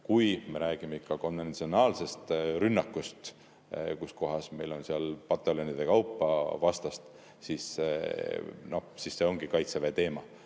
kui me räägime konventsionaalsest rünnakust, kui meil on seal pataljonide kaupa vastast, siis see ongi Kaitseväe teema.